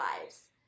lives